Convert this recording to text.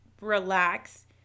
relax